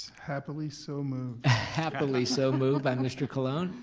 happily so moved. happily so moved by mr. colon.